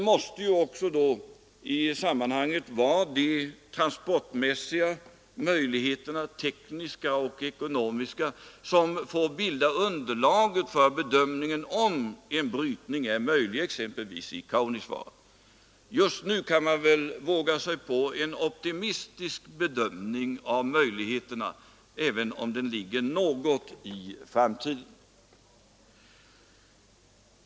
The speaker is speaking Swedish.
Men också i det sammanhanget är det de transportmässiga, tekniska och ekonomiska möjligheterna som måste bilda underlaget för en bedömning av om en brytning är möjlig, exempelvis i Kaunisvaara. Just nu kan man väl våga göra en optimistisk bedömning av dessa möjligheter, även om den i viss utsträckning ligger i framtiden.